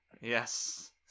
Yes